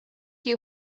you